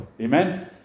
Amen